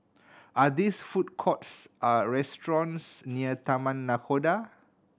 are these food courts a restaurants near Taman Nakhoda